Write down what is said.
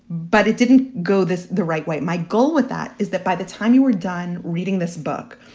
but it didn't go this the right way. my goal with that is that by the time you were done reading this book,